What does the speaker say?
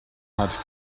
had